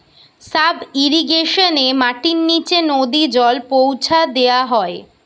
sub ইর্রিগেশনে মাটির নিচে নদী জল পৌঁছা দেওয়া হয়